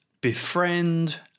befriend